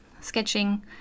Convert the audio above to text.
sketching